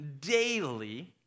daily